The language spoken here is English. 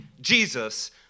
Jesus